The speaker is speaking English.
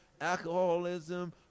alcoholism